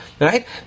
right